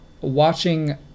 watching